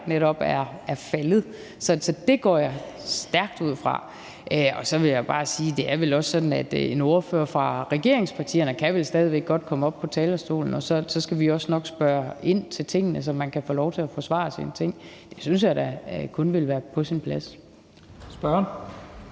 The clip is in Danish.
er faldet. Så det går jeg stærkt ud fra. Så vil jeg bare sige, at det vel også er sådan, at en ordfører fra regeringspartierne stadig væk godt kan komme op på talerstolen, og så skal vi også nok spørge ind til tingene, så man kan få lov til at forsvare sine ting. Det synes jeg da kun ville være på sin plads. Kl.